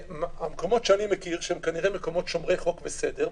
במקומות שאני מכיר, שהם מקומות שומרי חוק וסדר,